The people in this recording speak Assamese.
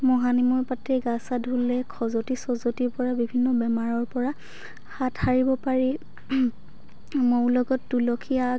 মহানিমৰ পাতে গা চা ধুলে খজুৱতি চজুৱতিৰ পৰা বিভিন্ন বেমাৰৰ পৰা হাত সাৰিব পাৰি মৌৰ লগত তুলসী আগ